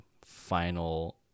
final